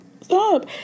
Stop